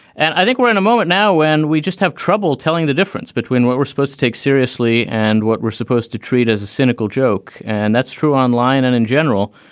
and i think we're in a moment now and we just have trouble telling the difference between what we're supposed to take seriously and what we're supposed to treat as a cynical joke. and that's true online and in general,